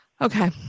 Okay